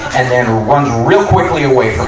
and then runs real quickly away from